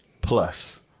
plus